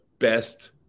Best